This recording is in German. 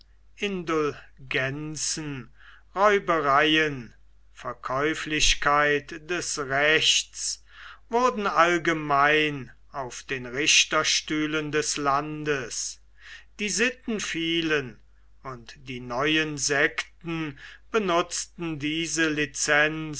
räubereien verkäuflichkeit des rechts wurden allgemein auf den richterstühlen des landes die sitten fielen und die neuen sekten benutzten diese licenz